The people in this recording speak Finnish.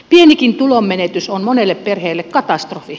pienikin tulonmenetys on monelle perheelle katastrofi